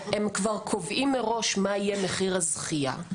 הם כבר קובעים מראש מה יהיה מחיר הזכייה,